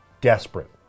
desperate